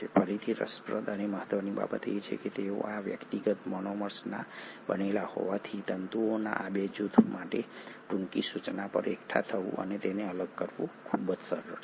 ફરીથી રસપ્રદ અને મહત્ત્વની બાબત એ છે કે તેઓ આ વ્યક્તિગત મોનોમર્સ ના બનેલા હોવાથી તંતુઓના આ બે જૂથો માટે ટૂંકી સૂચના પર એકઠા થવું અને તેને અલગ કરવું ખૂબ જ સરળ છે